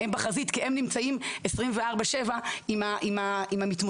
בחזית כי הם נמצאים 24/7 עם המתמודדים.